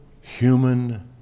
human